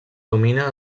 domina